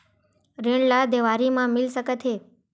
ऋण ला देवारी मा मिल सकत हे